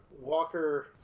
Walker